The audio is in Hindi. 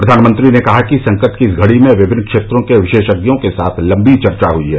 प्रधानमंत्री ने कहा कि संकट की इस घड़ी में विभिन्न क्षेत्रों के विशेषज्ञों के साथ लंबी चर्चा हुई है